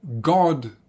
God